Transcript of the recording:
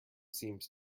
seems